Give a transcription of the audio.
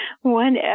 one